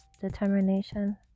determination